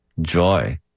joy